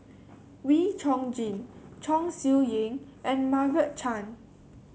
Wee Chong Jin Chong Siew Ying and Margaret Chan